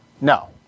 No